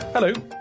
Hello